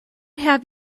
have